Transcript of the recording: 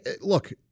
Look